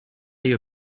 your